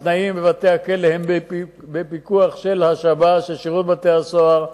התנאים בבתי-הכלא האלה הם בפיקוח של שירות בתי-הסוהר.